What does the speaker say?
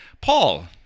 Paul